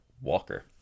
Walker